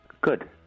Good